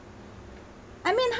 I mean how